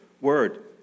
word